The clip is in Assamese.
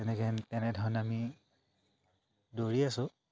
তেনেকৈ তেনেধৰণে আমি দৌৰি আছোঁ